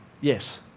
Yes